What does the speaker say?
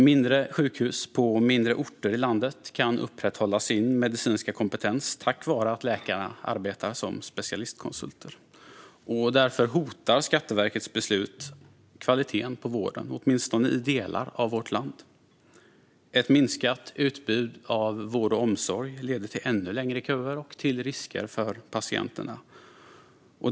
Mindre sjukhus på mindre orter i landet kan upprätthålla sin medicinska kompetens tack vare att läkarna arbetar som specialistkonsulter. Därför hotar Skatteverkets beslut kvaliteten på vården, åtminstone i delar av vårt land. Ett minskat utbud av vård och omsorg leder till ännu längre köer och till risker för patienterna.